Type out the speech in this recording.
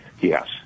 Yes